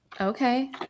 okay